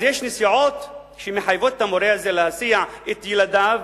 אז יש נסיעות שמחייבות את המורה הזה להסיע את ילדיו,